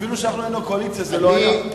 אפילו כשאנחנו היינו הקואליציה זה לא היה.